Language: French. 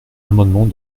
amendement